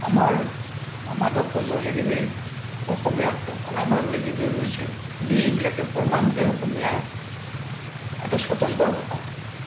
আমাৰ মাধৱ কুন্দলিদেৱে অসমীয়াত ৰামায়ণ লিখি থৈ গৈছে গতিকে এইবিলাকে প্ৰমাণ যে অসমীয়া এটা স্বতন্ত্ৰ ভাষা